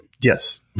Yes